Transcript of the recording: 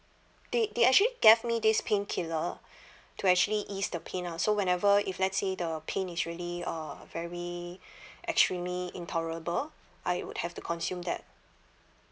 they they actually gave me this painkiller to actually ease the pain lah so whenever if let's say the pain is really uh very extremely intolerable I will have to consume that